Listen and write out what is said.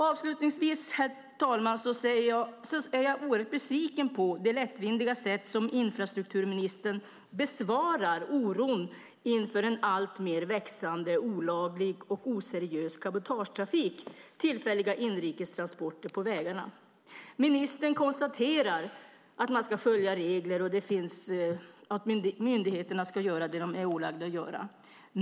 Avslutningsvis är jag oerhört besviken på det lättvindiga sätt på vilket infrastrukturministern besvarar oron inför en alltmer växande olaglig och oseriös cabotagetrafik och tillfälliga inrikes transporter på vägarna. Ministern konstaterar att man ska följa regler och att myndigheterna ska göra det de är ålagda att göra.